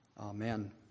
Amen